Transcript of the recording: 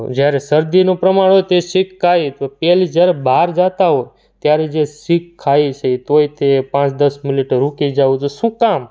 જ્યારે શરદીનું પ્રમાણ હોય ત્યારે છીંક ખાઈ અથવા પહેલે જ્યારે બહાર જતા હો ત્યારે જે છીંક ખાઈ છે તોય તે પાંચ દસ મિનિટ રૂકી જવું જોઈએ શું કામ